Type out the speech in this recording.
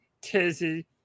Tizzy